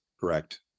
Correct